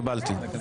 קיבלתי.